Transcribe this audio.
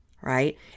right